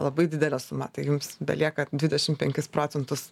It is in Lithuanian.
labai didelė suma tai jums belieka dvidešim penkis procentus